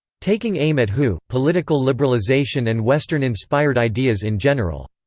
taking aim at hu, political liberalization and western-inspired ideas in general.